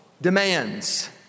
demands